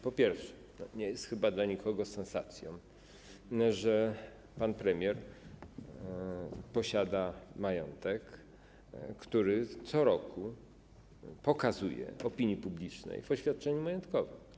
Po pierwsze, to nie jest chyba dla nikogo sensacją, że pan premier posiada majątek, który co roku deklaruje opinii publicznej w oświadczeniu majątkowym.